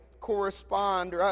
correspond